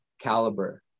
caliber